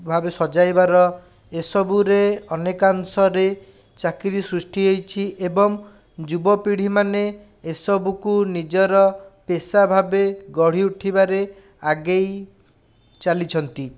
ଭାବରେ ସଜାଇବାର ଏସବୁରେ ଅନେକାଂଶରେ ଚାକିରି ସୃଷ୍ଟି ହେଇଛି ଏବଂ ଯୁବପିଢ଼ିମାନେ ଏସବୁକୁ ନିଜର ପେଶା ଭାବେ ଗଢ଼ି ଉଠିବାରେ ଆଗେଇ ଚାଲିଛନ୍ତି